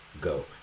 go